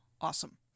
awesome